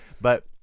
But-